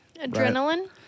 Adrenaline